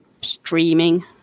Streaming